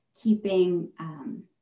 keeping